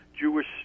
jewish